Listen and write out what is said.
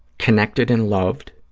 connected and loved,